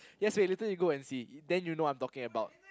yes wait later you go and see then you know what I'm talking about